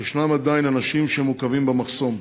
ישנם עדיין אנשים שמעוכבים במחסום.